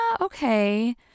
okay